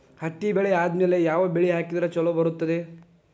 ಹತ್ತಿ ಬೆಳೆ ಆದ್ಮೇಲ ಯಾವ ಬೆಳಿ ಹಾಕಿದ್ರ ಛಲೋ ಬರುತ್ತದೆ?